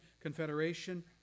Confederation